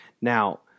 Now